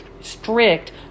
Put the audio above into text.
strict